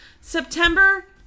September